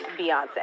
Beyonce